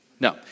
No